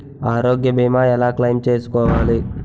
ఆరోగ్య భీమా ఎలా క్లైమ్ చేసుకోవాలి?